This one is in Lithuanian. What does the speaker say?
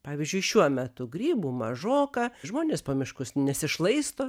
pavyzdžiui šiuo metu grybų mažoka žmonės po miškus nesišlaisto